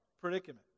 predicament